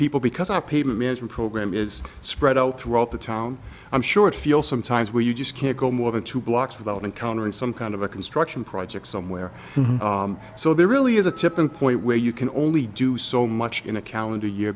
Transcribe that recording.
people because i pay management program is spread out throughout the town i'm short feel sometimes where you just can't go more than two blocks without encountering some kind of a construction project somewhere so there really is a tipping point where you can only do so much in a calendar year